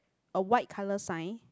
a white colour sign